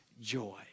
joy